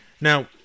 Now